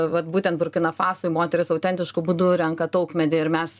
vat būtent burkina fasoj moterys autentišku būdu renka taukmedį ir mes